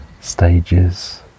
stages